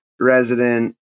resident